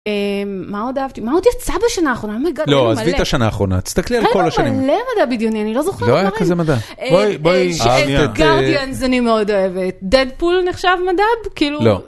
אה... מה עוד אהבתי? מה עוד יצא בשנה האחרונה? אומייגאד! ... עוד מלא. - לא, עזבי את השנה האחרונה, תסתכלי על כל השנים. - רגע, מלא מדע בדיוני, אני לא זוכרת דברים. - לא היה כזה מדע. בואי, בואי,... - שאלת גארדיאנס אני מאוד אוהבת, דדפול נחשב מדב? כאילו... - לא